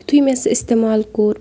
یُتھٕے مےٚ سُہ اِستعمال کوٚر